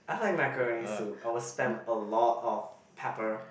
i hate macaroni soup I will spam a lot of pepper